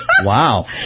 Wow